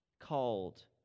Called